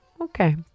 okay